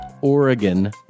Oregon